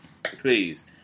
Please